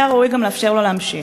היה ראוי גם לאפשר לו להמשיך.